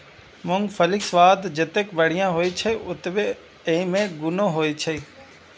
मूंगफलीक स्वाद जतेक बढ़िया होइ छै, ओतबे अय मे गुणो होइ छै